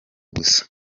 gusa